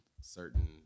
certain